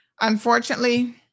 Unfortunately